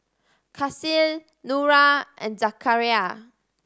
Kasih Nura and Zakaria